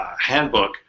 handbook